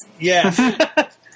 Yes